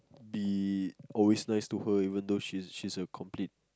be always nice to her even though she's she's a complete